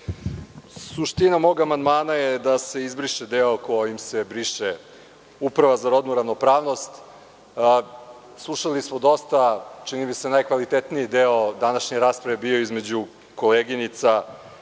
Suština mog amandmana je da se izbriše deo kojim se briše Uprava za rodnu ravnopravnost. Slušali smo dosta, čini mi se najkvalitetniji deo današnje rasprave bio je između koleginica,